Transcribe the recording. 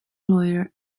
lawyer